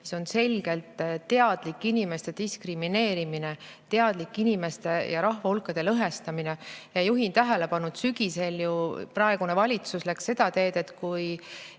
inimeste teadlik diskrimineerimine, teadlik inimeste ja rahvahulkade lõhestamine. Juhin tähelepanu, et sügisel praegune valitsus läks seda teed, et kui